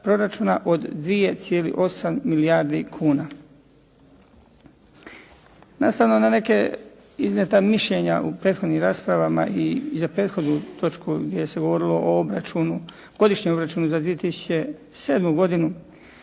od 2,8 milijardi kuna. Nastavno na neke iznijeta mišljenja u prethodnim raspravama i za prethodnu točku gdje se govorilo o obračunu, godišnjem obračunu za 2007. godinu.